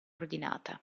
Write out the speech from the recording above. ordinata